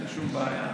אין לי שום בעיה.